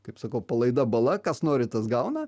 kaip sakau palaida bala kas nori tas gauna